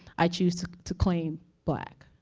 i choose to claim black.